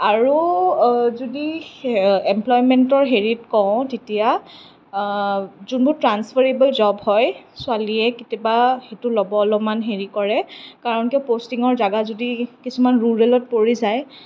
আৰু যদি সেই এমপ্লইমেণ্টৰ হেৰিত কও তেতিয়া যোনবোৰ ট্ৰান্সফাৰবেল জব হয় ছোৱালীয়ে কেতিয়াবা সেইটো ল'ব অলপমান হেৰি কৰে কাৰণ তেওঁৰ প'ষ্টিঙৰ জাগা যদি কিছুমান ৰুৰেলত পৰি যায়